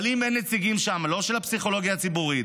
אבל אם אין שם נציגים לא של הפסיכולוגיה הציבורית,